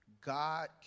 God